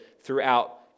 throughout